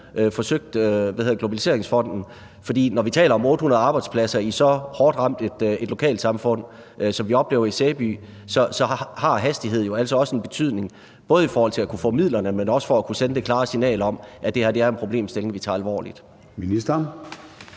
forsøgt sig med Globaliseringsfonden. For når vi taler om 800 arbejdspladser i et så hårdt ramt lokalsamfund, som vi oplever i Sæby, har hastighed jo altså også en betydning, både i forhold til at få midlerne, men også for at kunne sende et klart signal om, at det her er en problemstilling, vi tager alvorligt.